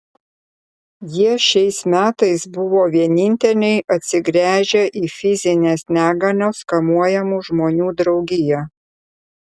jie šiais metais buvo vieninteliai atsigręžę į fizinės negalios kamuojamų žmonių draugiją